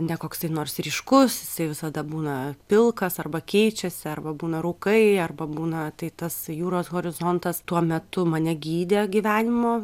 nekoksai nors ryškus jisai visada būna pilkas arba keičiasi arba būna rūkai arba būna tai tas jūros horizontas tuo metu mane gydė gyvenimo